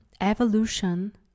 evolution